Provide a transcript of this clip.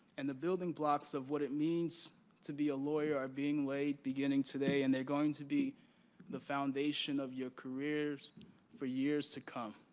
and the building blocks of what it means to be a lawyer are being laid and beginning today, and they're going to be the foundation of your careers for years to come.